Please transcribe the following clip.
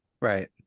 Right